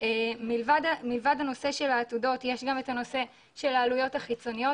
מלבד הנושא של העתודות יש גם את הנושא של העלויות החיצוניות,